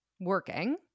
working